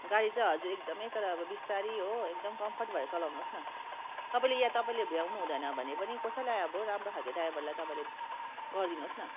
गाडी चाहिँ हजुर एकदमै तर अब बिस्तारी हो एकदम कम्फोर्ट भएर चलाउनुहोस् न तपाईँले या तपाईँले भ्याउनु हुँदैन भने पनि कसैलाई अब राम्रो खालको ड्राइभरलाई तपाईँले गरिदिनुहोस् न